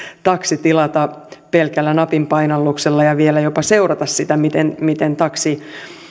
taksi tilata pelkällä napinpainalluksella ja vielä jopa seurata miten miten taksi